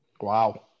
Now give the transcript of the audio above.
Wow